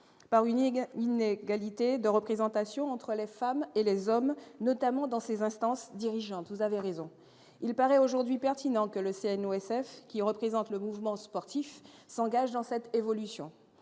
une égalité de représentation entre les femmes et les hommes, notamment dans ses instances dirigeantes, vous avez raison il paraît aujourd'hui pertinent que le CNO SF qui représente le mouvement sportif, s'engage dans cette évolution,